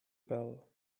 bell